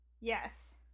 Yes